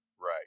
Right